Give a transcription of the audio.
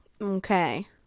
Okay